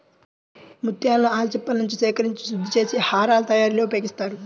ముత్యాలను ఆల్చిప్పలనుంచి సేకరించి శుద్ధి చేసి హారాల తయారీలో ఉపయోగిస్తారు